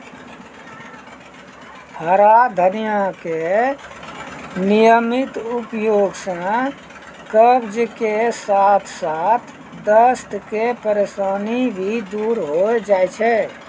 हरा धनिया के नियमित उपयोग सॅ कब्ज के साथॅ साथॅ दस्त के परेशानी भी दूर होय जाय छै